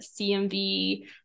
CMV